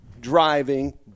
driving